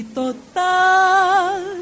total